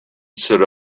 stood